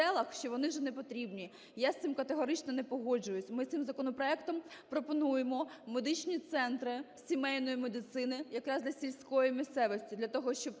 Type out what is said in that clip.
що вони вже непотрібні. Я з цим категорично не погоджуюсь, ми цим законопроектом пропонуємо медичні центри сімейної медицини якраз для сільської місцевості, для того щоб